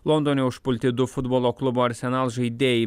londone užpulti du futbolo klubo arsenal žaidėjai